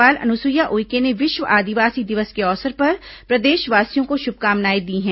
राज्यपाल अनुसुईया उइके ने विश्व आदिवासी दिवस के अवसर पर प्रदेशवासियों को शुभकामनाएं दी हैं